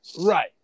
right